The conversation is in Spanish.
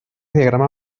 diagrama